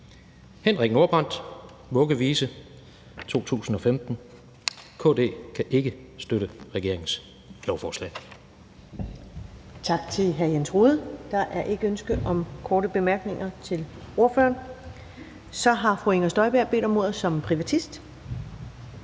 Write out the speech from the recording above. Henrik Nordbrandt, »Vuggevise«, 2015. KD kan ikke støtte regeringens lovforslag. Kl. 18:04 Første næstformand (Karen Ellemann): Tak til hr. Jens Rohde. Der er ikke ønske om korte bemærkninger til ordføreren. Så har fru Inger Støjberg bedt om ordet som privatist.